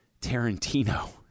Tarantino